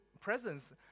presence